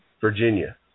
Virginia